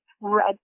red